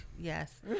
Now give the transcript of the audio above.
Yes